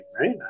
right